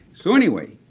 so anyway,